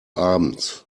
abends